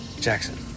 Jackson